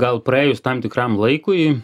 gal praėjus tam tikram laikui